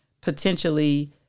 potentially